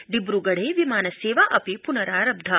डिब्रगढ़े विमान सेवा अपि प्नरारब्धा